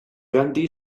gandhi